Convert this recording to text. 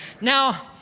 Now